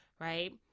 Right